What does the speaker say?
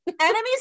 enemies